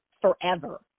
forever